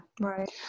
Right